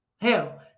Hell